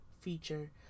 feature